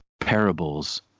parables